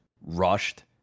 rushed